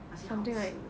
那些好吃